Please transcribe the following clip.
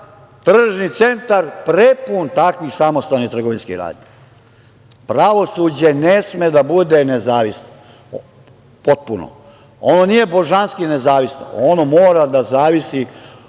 tržni centar prepun takvih samostalnih trgovinskih radnji. Pravosuđe ne sme da bude nezavisno potpuno. On nije božanski nezavisno. Ono mora da zavisi